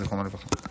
זיכרונו לברכה.